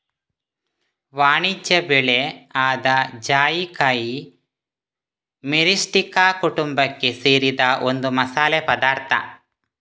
ವಾಣಿಜ್ಯ ಬೆಳೆ ಆದ ಜಾಯಿಕಾಯಿ ಮಿರಿಸ್ಟಿಕಾ ಕುಟುಂಬಕ್ಕೆ ಸೇರಿದ ಒಂದು ಮಸಾಲೆ ಪದಾರ್ಥ